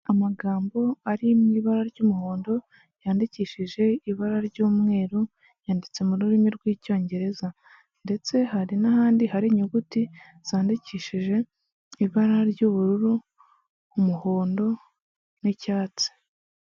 Amagambo ari mu ibara ry'umuhondo yandikishije ibara ry'umweru, yanditse mu rurimi rw'Icyongereza ndetse hari n'ahandi hari inyuguti zandikishije ibara ry'ubururu, umuhondo n'icyatsi.